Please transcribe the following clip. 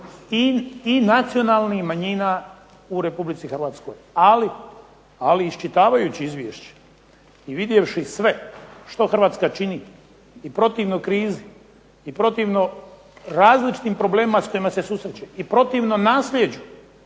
i nacionalnih manjina u Republici Hrvatskoj. Ali iščitavajući izvješće i vidjevši sve što Hrvatska čini i protivno krizi i protivno različitim problemima s kojima se susreće i protivno naslijeđu,